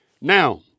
Now